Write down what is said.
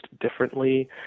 differently